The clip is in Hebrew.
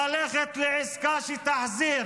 ללכת לעסקה שתחזיר